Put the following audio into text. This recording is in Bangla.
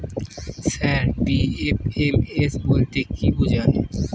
স্যার পি.এফ.এম.এস বলতে কি বোঝায়?